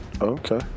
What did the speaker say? Okay